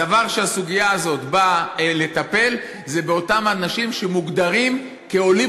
הדבר שהסוגיה הזאת באה לטפל בו זה לגבי אותם אנשים שמוגדרים עולים